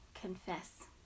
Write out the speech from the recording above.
confess